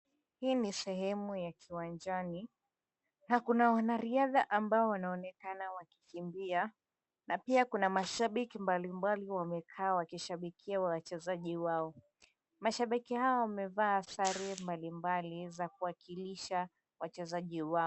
Hii ni sehemu ya kiwanjani, na kuna wanariadha ambao wanaonekana wakikimbia. Na pia kuna mashabiki mbali mbali wamekaa wakishabikia wachezaji wao. Mashabiki hao wamevaa sare mbali mbali za kuwakilisha wachezaji wao.